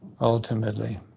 ultimately